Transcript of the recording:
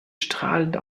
strahlend